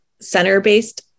center-based